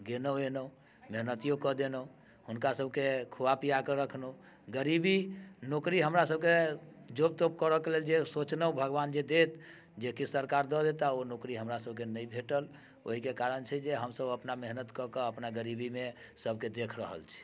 गेलहुँ एलहुँ मेहनतियो कऽ देलहुँ हुनकासभके खुआ पिआ कऽ रखलहुँ गरीबी नौकरी हमरासभके जॉब तौब करयके लेल जे सोचलहुँ भगवान जे देत जे कि सरकार दऽ देताह ओ नौकरी हमरासभके नहि भेटल ओहिके कारण छै जे हमसभ अपना मेहनत कऽ कऽ अपना गरीबीमे सभके देख रहल छी